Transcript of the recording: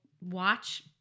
watch